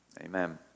amen